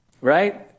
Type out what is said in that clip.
Right